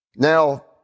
Now